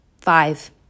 five